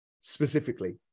specifically